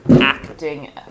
acting